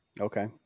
Okay